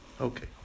Okay